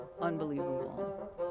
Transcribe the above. unbelievable